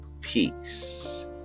Peace